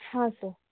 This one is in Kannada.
ಹಾಂ ಸರ್